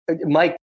mike